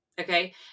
Okay